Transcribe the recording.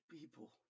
people